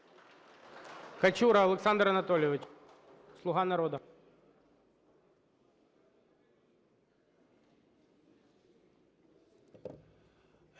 Качура Олександр Анатолійович, "Слуга народу".